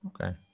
Okay